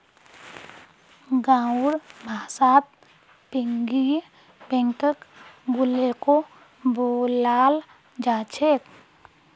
गाँउर भाषात पिग्गी बैंकक गुल्लको बोलाल जा छेक